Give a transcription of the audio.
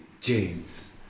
James